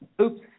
Oops